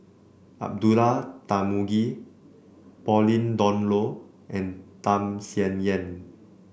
Abdullah Tarmugi Pauline Dawn Loh and Tham Sien Yen